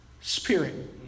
Spirit